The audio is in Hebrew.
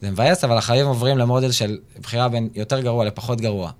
זה מבאס, אבל החיים עוברים למודל של בחירה בין יותר גרוע לפחות גרוע.